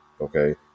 Okay